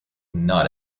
not